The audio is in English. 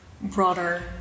broader